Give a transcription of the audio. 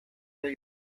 del